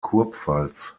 kurpfalz